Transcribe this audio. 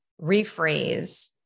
rephrase